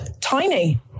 tiny